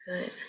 Good